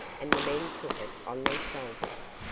and the men took it on their shoulders,